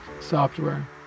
software